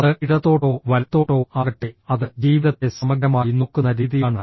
അത് ഇടത്തോട്ടോ വലത്തോട്ടോ ആകട്ടെ അത് ജീവിതത്തെ സമഗ്രമായി നോക്കുന്ന രീതിയാണ്